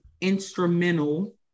instrumental